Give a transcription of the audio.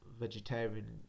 vegetarian